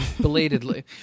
Belatedly